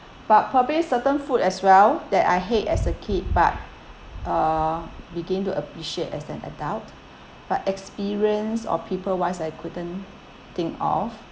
but probably certain food as well that I hate as a kid but uh begin to appreciate as an adult but experience or people wise I couldn't think of